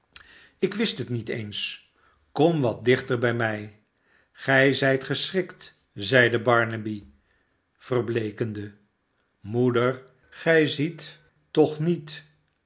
ik wist het niet eens kom wat dichter bij mij gij zijt geschrikt zeide barnaby verbleekende moeder gij ziet toch niet